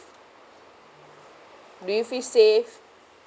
do you feel safe